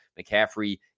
McCaffrey